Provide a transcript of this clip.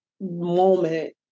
moment